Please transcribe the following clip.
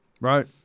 Right